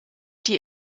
die